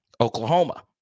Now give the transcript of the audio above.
Oklahoma